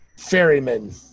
ferryman